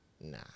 Nah